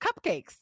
cupcakes